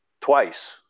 twice